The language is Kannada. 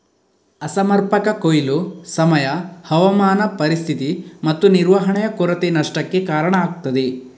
ಅಸಮರ್ಪಕ ಕೊಯ್ಲು, ಸಮಯ, ಹವಾಮಾನ ಪರಿಸ್ಥಿತಿ ಮತ್ತು ನಿರ್ವಹಣೆಯ ಕೊರತೆ ನಷ್ಟಕ್ಕೆ ಕಾರಣ ಆಗ್ತದೆ